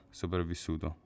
sopravvissuto